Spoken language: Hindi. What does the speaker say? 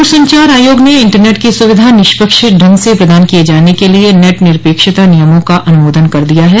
दूर संचार आयोग ने इंटरनेट की सुविधा निष्पक्ष ढंग से प्रदान किए जाने के लिए नेट निरपेक्षता नियमों का अनुमोदन कर दिया है